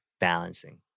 balancing